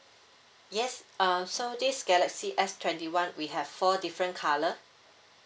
yes uh so this galaxy S twenty one we have four different colour